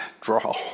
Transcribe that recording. draw